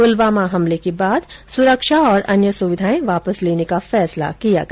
पुलवामा हमले के बाद सुरक्षा और अन्य सुविधायें वापस लेने का फैसला किया गया